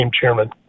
chairman